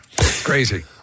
crazy